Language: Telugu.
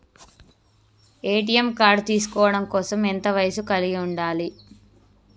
ఏ.టి.ఎం కార్డ్ తీసుకోవడం కోసం ఎంత వయస్సు కలిగి ఉండాలి?